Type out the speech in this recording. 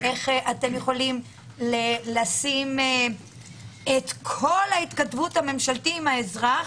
איך אתם יכולים לשים את כל ההתכתבות הממשלתית עם האזרח